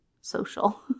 social